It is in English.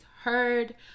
heard